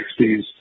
1960s